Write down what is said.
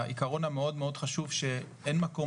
העיקרון המאוד מאוד חשוב הוא שאין מקום